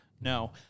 No